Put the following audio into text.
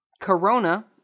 Corona